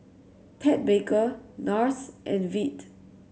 Ted Baker Nars and Veet